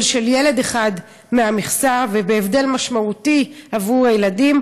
של ילד אחד מהמכסה ובהבדל משמעותי עבור הילדים,